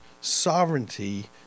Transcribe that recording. sovereignty